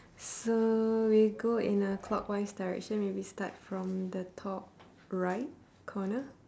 so we go in a clockwise direction maybe start from the top right corner